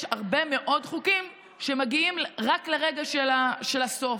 יש הרבה מאוד חוקים שמגיעים רק לרגע של הסוף.